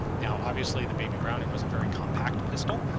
now obviously the baby browning was a very compact pistol,